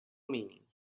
meaning